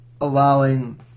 Allowing